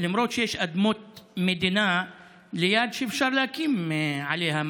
למרות שיש אדמות מדינה ליד שאפשר להקים עליהן